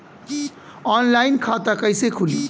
Online खाता कइसे खुली?